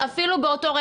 תעשו לנו הפרדה.